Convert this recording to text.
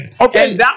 Okay